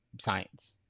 science